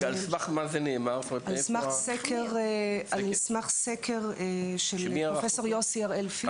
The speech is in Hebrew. זה נאמר על סמך סקר של פרופ' יוסי הראל פיש,